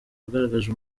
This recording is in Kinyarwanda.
wagaragaje